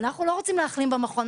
אנחנו לא רוצים להחלים במכון,